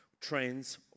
trends